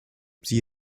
sie